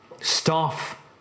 staff